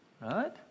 Right